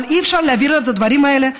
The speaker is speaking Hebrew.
אבל אי-אפשר לעבור על הדברים האלה לסדר-היום.